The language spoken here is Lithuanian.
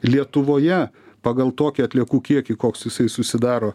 lietuvoje pagal tokį atliekų kiekį koks jisai susidaro